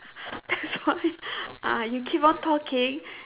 that's why ah you keep on talking